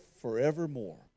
forevermore